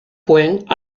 points